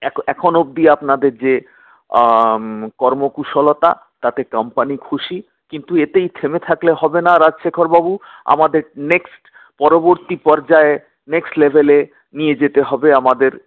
এখন অবধি আপনাদের যে কর্মকুশলতা তাতে কম্পানি খুশি কিন্তু এতেই থেমে থাকলে হবে না রাজশেখরবাবু আমাদের নেক্সট পরবর্তী পর্যায়ে নেক্সট লেভেলে নিয়ে যেতে হবে আমাদের